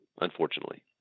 unfortunately